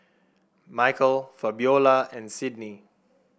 Michael Fabiola and Sydnie